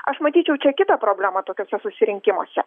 aš matyčiau čia kitą problemą tokiuose susirinkimuose